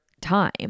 time